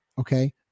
Okay